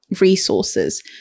resources